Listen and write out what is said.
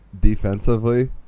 defensively